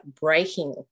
breaking